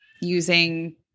using